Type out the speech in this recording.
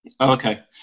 Okay